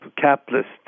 capitalist